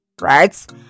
right